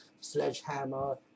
sledgehammer